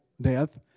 death